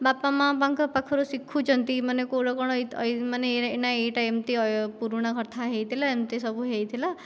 ବାପା ମାଆଙ୍କ ପାଖରୁ ଶିଖୁଛନ୍ତି ମାନେ କେଉଁଟା କ'ଣ ଏଇଟା କ'ଣ ନାଇଁ ଏ'ଟା ଏମିତି ପୁରୁଣା କଥା ହୋଇଥିଲା ଏମିତି ସବୁ ହୋଇଥିଲା